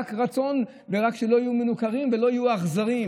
רק רצון ורק שלא יהיו מנוכרים ולא יהיו אכזריים.